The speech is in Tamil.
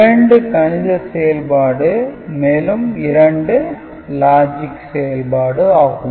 இரண்டு கணித செயல்பாடு மேலும் 2 லாஜிக் செயல்பாடு ஆகும்